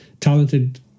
talented